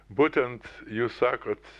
būtent jūs sakot